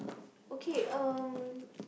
okay um